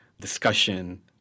discussion